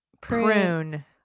Prune